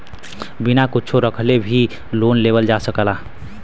बिना कुच्छो रखले भी लोन लेवल जा सकल जाला